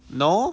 no